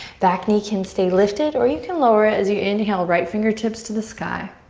back knee can stay lifted or you can lower it. as you inhale, right fingertips to the sky.